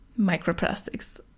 microplastics